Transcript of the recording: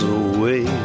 away